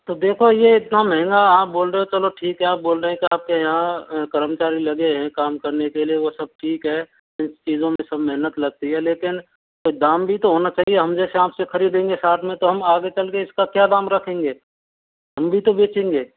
तो देखो ये इतना महँगा आप बोल रहे हो चलो ठीक है आप बोल रहे हैं कि आपके यहाँ कर्मचारी लगे हैं काम करने के लिए वो सब ठीक है इन चीज़ों में सब मेहनत लगती है लेकिन दाम भी तो होना चाहिए हम जैसे आपसे खरीदेंगे साथ में तो हम आगे चल के इसका क्या दाम रखेंगे हम भी तो बेचेंगे